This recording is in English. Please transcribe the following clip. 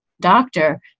doctor